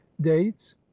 dates